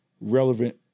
relevant